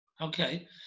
Okay